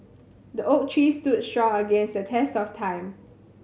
the oak tree stood strong against the test of time